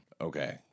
Okay